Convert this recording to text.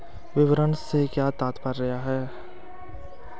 विपणन से क्या तात्पर्य है?